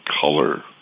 color